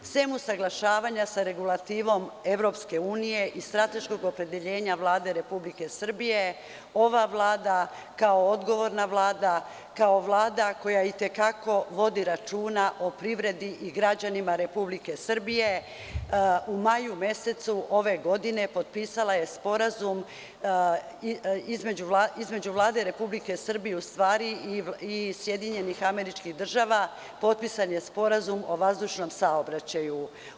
Osim usaglašavanja sa regulativom EU i strateškog opredeljenja Vlade Republike Srbije, ova Vlada kao odgovorna Vlada, kao Vlada koja i te kako vodi računa o privredi i građanima Republike Srbije, u maju mesecu ove godine potpisala je Sporazum između Vlade Republike Srbije i Sjedinjenih Američkih Država o vazdušnom saobraćaju.